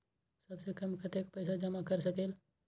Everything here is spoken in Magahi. सबसे कम कतेक पैसा जमा कर सकेल?